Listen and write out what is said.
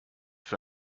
für